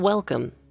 Welcome